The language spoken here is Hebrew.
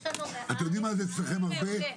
אתם יודעים מה זה אצלכם הרבה?